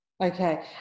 Okay